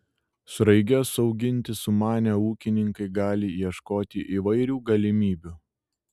sraiges auginti sumanę ūkininkai gali ieškoti įvairių galimybių